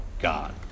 God